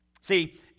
See